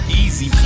easy